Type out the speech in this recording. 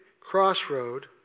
crossroad